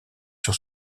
sur